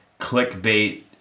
clickbait